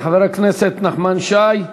חבר הכנסת נחמן שי,